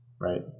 right